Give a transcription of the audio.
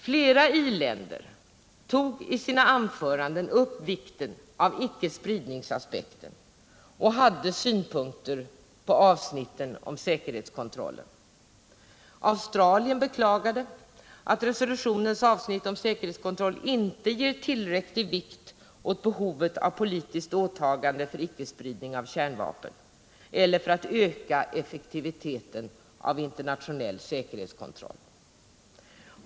Flera iländer tog i sina anföranden upp vikten av icke-spridningsaspekten och hade synpunkter på avsnitten om säkerhetskontroll. Australien beklagade att resolutionens avsnitt om säkerhetskontroll inte ger tillräcklig vikt åt behovet av politiskt åtagande för icke-spridning av kärnvapen och för att öka effektiviteten av internationell säkerhetskontroll.